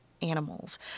animals